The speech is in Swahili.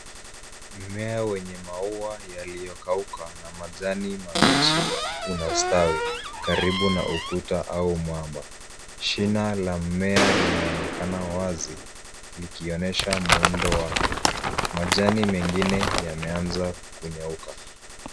Mmea wenye maua yaliyokauka na majani mabichi unastawi karibu na ukuta au mwamba. Shina la mmea linaonekana wazi, likionyesha muundo wake. Majani mengine yameanza kunyauka.